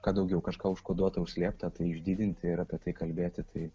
ką daugiau kažką užkoduotą užslėptą tai išdidinti ir apie tai kalbėti tai